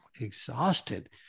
exhausted